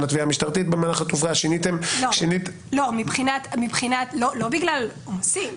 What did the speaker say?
לתביעה המשטרתית במהלך התקופה; ששיניתם --- לא בגלל עומסים.